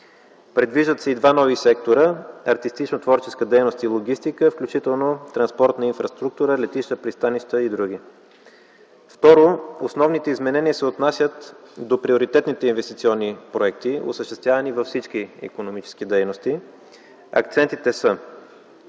Предвиждат се и два нови сектора – артистично творческа дейност и логистика, включително транспортна инфраструктура, летища, пристанища и други. Второ, основните изменения се отнасят до приоритетните инвестиционни проекти, осъществявани във всички икономически дейности. Акцентите са: